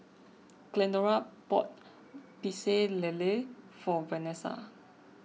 Glendora bought Pecel Lele for Vanesa